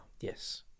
Yes